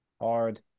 Hard